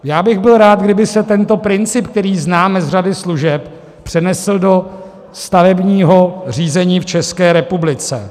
Já bych byl rád, kdyby se tento princip, který známe z řady služeb, přenesl do stavebního řízení v České republice.